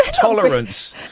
Tolerance